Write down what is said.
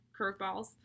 curveballs